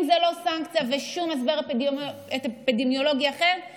אם זאת לא סנקציה ואין שום הסבר אפידמיולוגי אחר,